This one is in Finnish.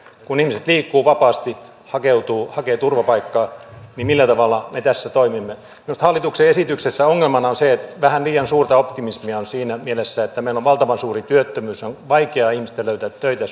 kun ihmiset liikkuvat vapaasti hakevat turvapaikkaa niin millä tavalla me tässä toimimme minusta hallituksen esityksessä ongelmana on se että vähän liian suurta optimismia on siinä mielessä että meillä on valtavan suuri työttömyys ja suomalaisten työttömien ihmisten on vaikea löytää töitä